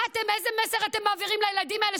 איזה מסר אתם מעבירים לילדים האלה,